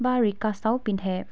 বা ৰিকাচাও পিন্ধে